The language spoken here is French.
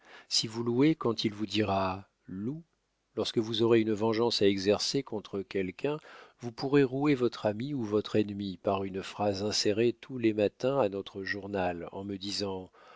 si vous louez quand il vous dira loue lorsque vous aurez une vengeance à exercer contre quelqu'un vous pourrez rouer votre ami ou votre ennemi par une phrase insérée tous les matins à notre journal en me disant